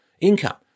income